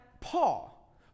Paul